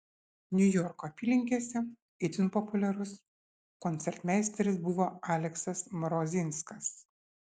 niujorko apylinkėse itin populiarus koncertmeisteris buvo aleksas mrozinskas